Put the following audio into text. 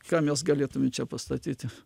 ką mes galėtume čia pastatyti